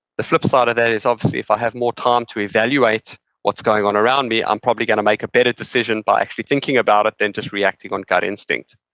the flip side of that is obviously if i have more time to evaluate what's going on around me, i'm probably going to make a better decision by actually thinking about it than just reacting on gut instinct